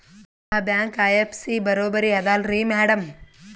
ಆ bank IFSC ಬರೊಬರಿ ಅದಲಾರಿ ಮ್ಯಾಡಂ?